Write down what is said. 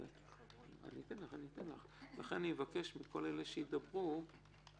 לכן, אני מבקש מראש